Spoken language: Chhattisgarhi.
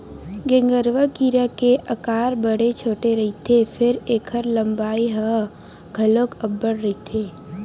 गेंगरूआ कीरा के अकार बड़े छोटे रहिथे फेर ऐखर लंबाई ह घलोक अब्बड़ रहिथे